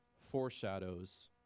foreshadows